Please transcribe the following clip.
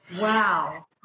Wow